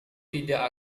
tidak